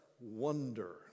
wonder